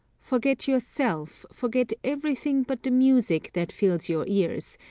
forget yourself, forget everything but the music that fills your ears,